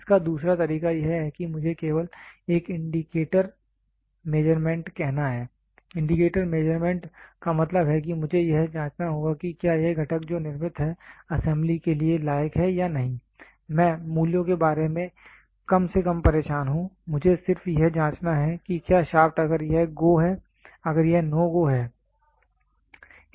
इसका दूसरा तरीका यह है कि मुझे केवल एक इंडिकेटर मेजरमेंट कहना है इंडिकेटर मेजरमेंट का मतलब है कि मुझे यह जाँचना होगा कि क्या यह घटक जो निर्मित है असेंबली के लिए लायक है या नहीं मैं मूल्यों के बारे में कम से कम परेशान हूं मुझे सिर्फ यह जाँचना है कि क्या शाफ्ट अगर यह गो है अगर यह नो गो है